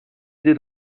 idée